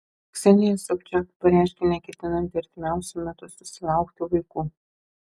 ksenija sobčiak pareiškė neketinanti artimiausiu metu susilaukti vaikų